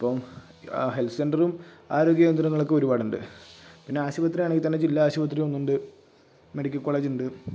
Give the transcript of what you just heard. അപ്പം ഹെല്ത്ത് സെന്ററും ആരോഗ്യ കേന്ദ്രങ്ങളൊക്കെ ഒരുപാടുണ്ട് പിന്നെ ആശുപത്രി ആണെങ്കിൽ തന്നെ ജില്ലാശുപത്രി ഒന്നുണ്ട് മെഡിക്കൽ കോളേജുണ്ട്